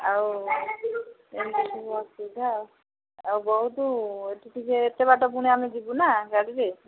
ଆଉ ଏମିତି ସବୁ ଅସୁବିଧା ଆଉ ଆଉ ବହୁତ ଏଠି ଟିକେ ଏତେ ବାଟ ପୁଣି ଆମେ ଯିବୁ ନା ଗାଡ଼ିରେ